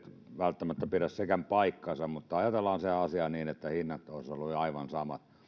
välttämättä pidä sekään paikkaansa mutta jos ajatellaan se asia niin että hinnat olisivat olleet aivan samat niin